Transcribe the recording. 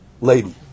lady